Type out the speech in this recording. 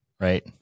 right